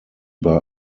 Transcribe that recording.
bei